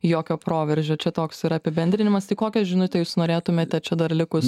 jokio proveržio čia toks yra apibendrinimas tai kokią žinutę jūs norėtumėte čia dar likus